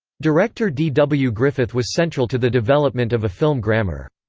director d. w. griffith was central to the development of a film grammar.